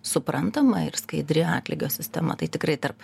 suprantama ir skaidri atlygio sistema tai tikrai tarp